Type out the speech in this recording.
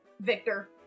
Victor